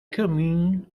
commune